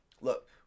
look